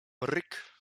ryk